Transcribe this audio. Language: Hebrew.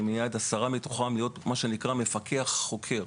אני מייעד עשרה מתוכם להיות מה שנקרא מפקח חוקר.